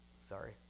Sorry